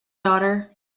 daughter